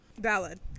Valid